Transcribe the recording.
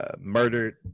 murdered